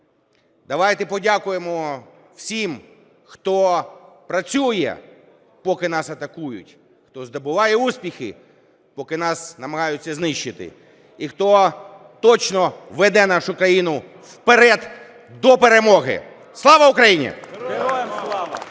Давайте подякуємо всім, хто працює, поки нас атакують, хто здобуває успіхи, поки нас намагаються знищити, і хто точно веде нашу країну вперед до перемоги. Слава Україні! (Оплески)